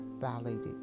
violated